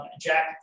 Jack